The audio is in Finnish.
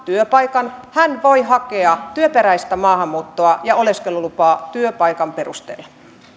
työpaikan hän voi hakea työperäistä maahanmuuttoa ja oleskelulupaa työpaikan perusteella